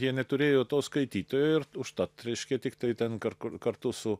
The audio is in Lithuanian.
jie neturėjo to skaitytojo ir užtat reiškia tiktai ten kar kartu su